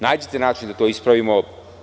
Nađite način da to ispravimo.